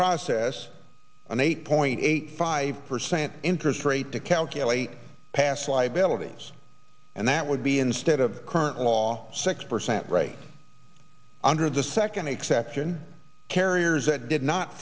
process an eight point eight five percent interest rate to calculate past liabilities and that would be instead of current law six percent right under the second exception carriers that did not